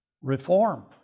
reform